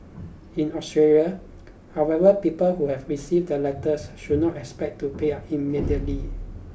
in Australia however people who have received the letters should not expect to pay up immediately